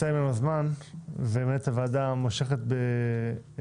הסתיים לנו זמן הדיון ומנהלת הוועדה מושכת במקטורני,